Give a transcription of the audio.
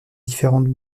différentes